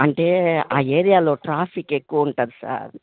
అంటే ఆ ఏరియాలో ట్రాఫిక్ ఎక్కువ ఉంటుంది సార్